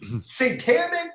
satanic